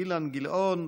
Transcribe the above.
אילן גילאון,